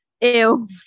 Ew